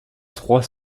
trois